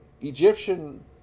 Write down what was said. Egyptian